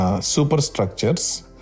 superstructures